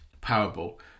parable